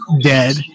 dead